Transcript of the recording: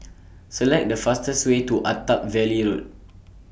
Select The fastest Way to Attap Valley Road